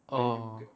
orh